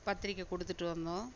பத்திரிக்கை கொடுத்துட்டு வந்தோம்